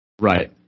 right